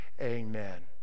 Amen